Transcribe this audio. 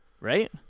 Right